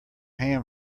ham